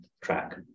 track